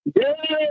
Yes